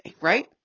right